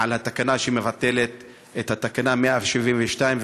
על התקנה שמבטלת את תקנה 172,